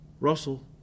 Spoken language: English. Russell